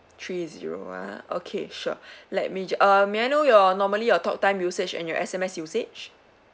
three zero ah okay sure let me ju~ uh may I know your normally your talk time usage and your S_M_S usage